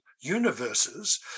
universes